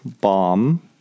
bomb